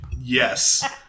Yes